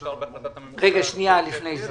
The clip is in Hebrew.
שאושר בהחלטת הממשלה --- לפני כן,